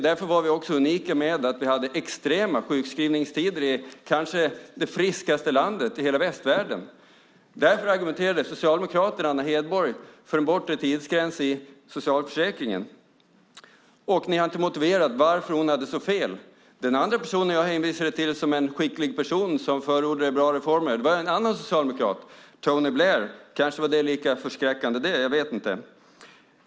Därför var vi också unika med att vi hade extrema sjukskrivningstider i kanske det friskaste landet i hela västvärlden. Därför argumenterade socialdemokraten Anna Hedborg för en bortre tidsgräns i socialförsäkringen. Ni har inte motiverat varför hon hade så fel. Den andra personen jag hänvisade till som en skicklig person som förordade bra reformer var en annan socialdemokrat, Tony Blair. Kanske var det lika förskräckande. Jag vet inte.